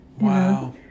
wow